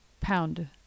pound